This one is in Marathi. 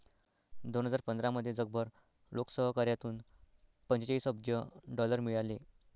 दोन हजार पंधरामध्ये जगभर लोकसहकार्यातून पंचेचाळीस अब्ज डॉलर मिळाले